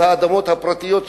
על האדמות הפרטיות שלהם,